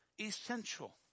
Essential